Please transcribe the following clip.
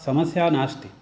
समस्या नास्ति